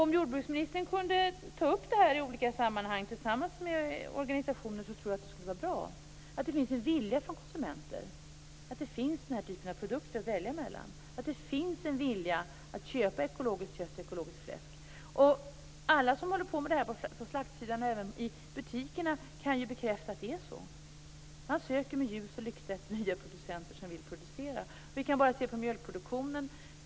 Om jordbruksministern kunde ta upp detta i olika sammanhang tillsammans med organisationerna tror jag att det skulle vara bra, dvs. att det finns en vilja från konsumenternas sida att ha den här typen av produkter att välja mellan, att det finns en vilja att köpa ekologiskt kött och ekologiskt fläsk. Alla som håller på med det här på slaktsidan och även i butikerna kan bekräfta att det är så. Man söker med ljus och lykta efter nya producenter som vill producera. Vi kan bara se hur det är när det gäller mjölkproduktionen.